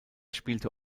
spielte